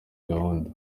gahunda